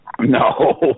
No